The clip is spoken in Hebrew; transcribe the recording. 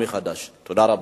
תודה רבה.